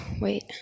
wait